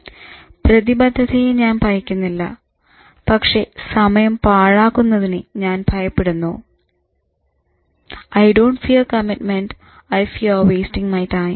"പ്രതിബദ്ധതയെ ഞാൻ ഭയക്കുന്നില്ല പക്ഷെ സമയം പാഴാക്കുന്നതിനെ ഞാൻ ഭയപ്പെടുന്നു"